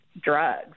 drugs